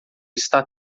está